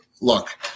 look